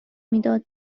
میداد